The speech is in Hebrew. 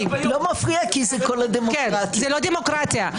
כי זה כל הדמוקרטיה.